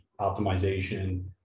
optimization